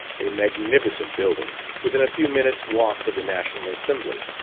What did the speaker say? a magnificent building, within a few minutes' walk of the national assembly.